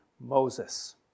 Moses